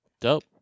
dope